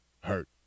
hurt